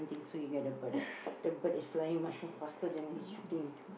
don't think so you get the bird ah the bird is flying much more faster than his shooting